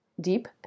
deep